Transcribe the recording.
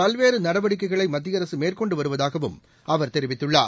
பல்வேறு நடவடிக்கைகளை மத்திய அரசு மேற்கொண்டு வருவதாகவும் அவர் தெரிவித்துள்ளார்